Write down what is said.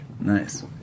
Nice